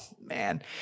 man